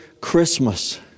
Christmas